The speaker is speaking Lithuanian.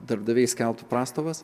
darbdaviai skelbtų prastovas